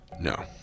No